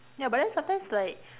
ya but then sometimes like